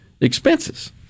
expenses